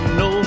no